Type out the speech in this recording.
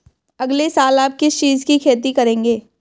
अगले साल आप किस चीज की खेती करेंगे?